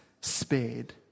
spared